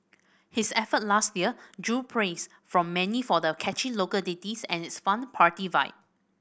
his effort last year drew praise from many for the catchy local ditties and its fun party vibe